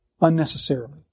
unnecessarily